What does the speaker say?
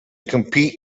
compete